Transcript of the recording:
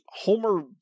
Homer